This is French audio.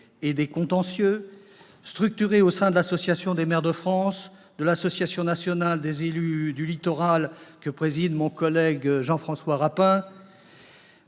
et des contentieux, et se sont structurés au sein de l'Association des maires de France, de l'Association nationale des élus du littoral, l'ANEL, que préside notre collègue Jean-François Rapin,